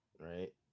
right